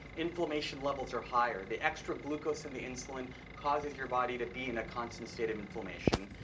inflammation levels are higher. the extra glucose in the insulin causes your body to be in a constant state of inflammation.